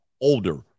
older